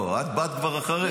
לא, את באת כבר אחרי.